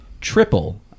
Triple